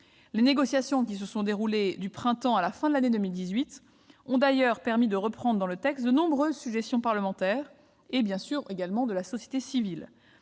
Les négociations qui se sont déroulées du printemps à la fin de l'année 2018 ont d'ailleurs permis de reprendre dans le texte de nombreuses suggestions parlementaires et d'autres, bien évidemment, de la société civile.